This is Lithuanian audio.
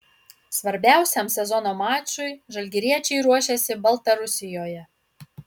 svarbiausiam sezono mačui žalgiriečiai ruošiasi baltarusijoje